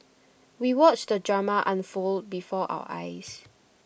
we watched the drama unfold before our eyes